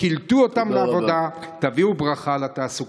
קלטו אותם לעבודה והביאו ברכה לתעסוקה.